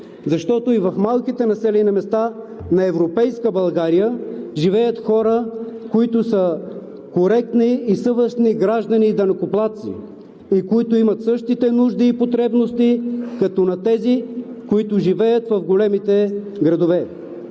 защото и в малките населени места на европейска България живеят хора, които са коректни, съвестни граждани и данъкоплатци и които имат същите нужди и потребности, като на тези, които живеят в големите градове.